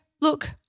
look